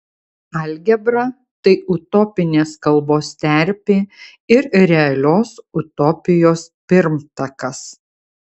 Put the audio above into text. algebra tai utopinės kalbos terpė ir realios utopijos pirmtakas